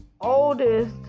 oldest